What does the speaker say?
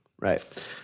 Right